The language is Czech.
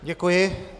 Děkuji.